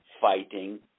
fighting